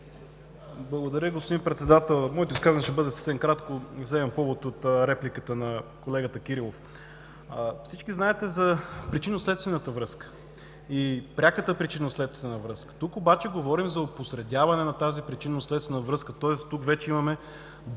Благодаря, господин Председател. Моето изказване ще бъде съвсем кратко, вземам повод от репликата на колегата Кирилов. Всички знаете за причинно-следствената връзка и пряката причинно-следствена връзка. Тук обаче говорим за опосредяване на тази причинно следствена връзка, тоест тук вече имаме